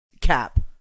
cap